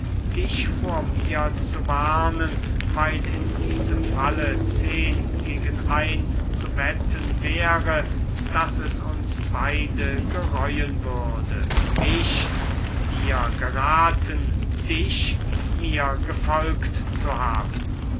dich vor mir zu warnen weil in diesem falle zehen gegen eins zu wetten wäre daß es uns beide gereuen würde mich dir gerathen dich mir gefolgt zu haben